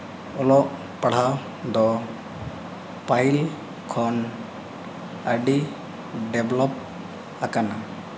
ᱚᱞᱚᱜ ᱯᱟᱲᱦᱟᱣ ᱫᱚ ᱯᱟᱹᱦᱤᱞ ᱠᱷᱚᱱ ᱟᱹᱰᱤ ᱰᱮᱵᱽᱞᱚᱯ ᱟᱠᱟᱱᱟ